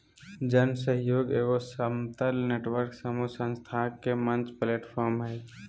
जन सहइोग एगो समतल नेटवर्क समूह संस्था के मंच प्लैटफ़ार्म हइ